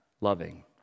loving